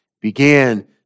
began